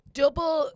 double